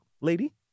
Lady